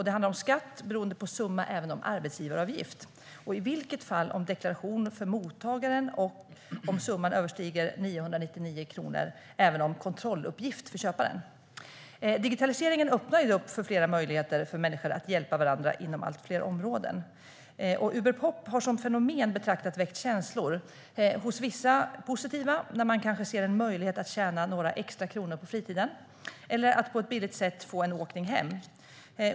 Det handlar om skatt beroende på summa, arbetsgivaravgift, deklaration för mottagaren och, om summan överstiger 999 kronor, kontrolluppgift för köparen. Digitaliseringen öppnar dock fler möjligheter för människor att hjälpa varandra inom allt fler områden. Uberpop har som fenomen betraktat väckt känslor. Hos vissa är känslorna positiva, när man kanske ser en möjlighet att tjäna några extra kronor på fritiden eller att på ett billigt sätt få en åkning hem.